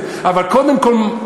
אבל קודם כול,